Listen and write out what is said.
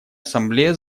ассамблея